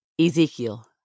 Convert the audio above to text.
Ezekiel